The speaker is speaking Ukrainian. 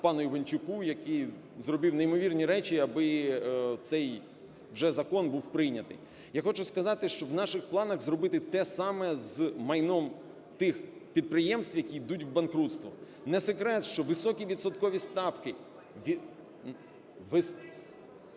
пану Іванчуку, який зробив неймовірні речі, аби цей вже закон був прийнятий. Я хочу сказати, що в наших планах зробити те саме з майном тих підприємств, які ідуть в банкрутство. Не секрет, що високі відсоткові ставки...